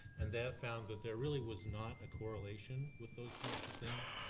and that found that there really was not a correlation with those types of things.